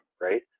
right